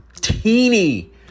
teeny